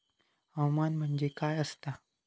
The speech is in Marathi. हवामान म्हणजे काय असता?